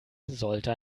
sollte